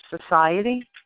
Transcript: Society